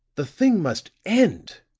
the thing must end.